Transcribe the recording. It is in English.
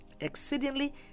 exceedingly